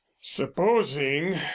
supposing